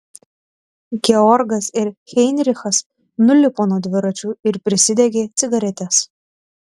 georgas ir heinrichas nulipo nuo dviračių ir prisidegė cigaretes